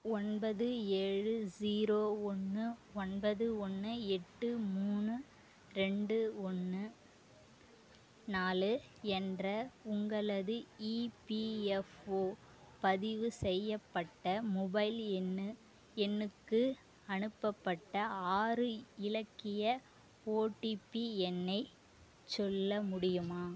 ஒன்பது ஏழு ஸீரோ ஒன்று ஒன்பது ஒன்று எட்டு மூணு ரெண்டு ஒன்று நாலு என்ற உங்களது இபிஎஃப்ஓ பதிவு செய்யப்பட்ட மொபைல் எண் எண்ணுக்கு அனுப்பப்பட்ட ஆறு இலக்கிய ஓடிபி எண்ணை சொல்ல முடியுமா